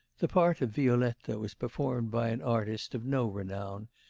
the part of violetta was performed by an artist, of no renown,